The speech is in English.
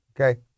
okay